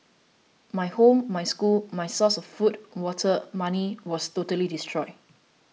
my home my school my source of food water money was totally destroyed